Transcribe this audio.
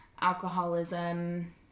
alcoholism